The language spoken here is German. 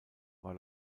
war